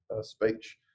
speech